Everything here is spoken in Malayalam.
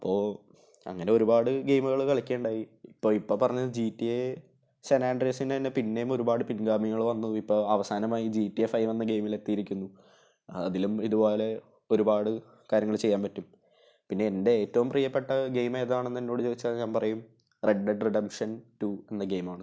അപ്പോ അങ്ങനെ ഒരുപാട് ഗെയിമുകൾ കളിക്കുക ഉണ്ടായി ഇപ്പോൾ ഇപ്പം പറഞ്ഞ ജി ടി എ സനാൻഡ്രിയസിന് തന്നെ പിന്നെയും ഒരു പാട് പിൻഗാമികൾ വന്നു ഇപ്പോൾ അവസാനമായി ജി ടി എ ഫൈവ് എന്ന ഗെയിമിൽ എത്തിയിരിക്കുന്നു അതിലും ഇത് പോലെ ഒരുപാട് കാര്യങ്ങൾ ചെയ്യാൻ പറ്റും പിന്നെ എൻ്റെ ഏറ്റവും പ്രിയപ്പെട്ട ഗെയിമ് ഏതാണെന്ന് എന്നോട് ചോദിച്ചാൽ ഞാൻ പറയും റെഡ് ഡെഡ് റിഡപ്ഷൻ റ്റു എന്ന ഗെയിമാണ്